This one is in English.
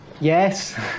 Yes